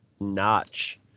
Notch